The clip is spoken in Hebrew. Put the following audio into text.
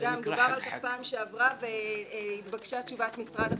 דובר על כך פעם שעברה והתבקשה תשובת משרד החינוך,